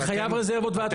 אני חייב רזרבות ועתודות.